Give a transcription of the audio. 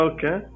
Okay